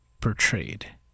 portrayed